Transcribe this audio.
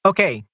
Okay